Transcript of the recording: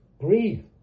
breathe